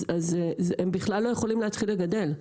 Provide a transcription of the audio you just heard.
אז הם בכלל לא יכולים להתחיל לגדל?